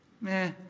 Meh